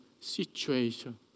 situation